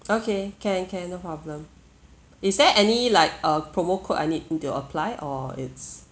okay can can no problem is there any like uh promo code I need to apply or it's